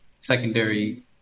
secondary